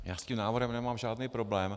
S tím návrhem nemám žádný problém.